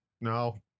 No